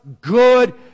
good